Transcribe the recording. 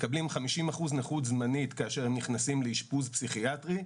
מקבלים 50% נכות זמנית כאשר הם נכנסים לאשפוז פסיכיאטרי,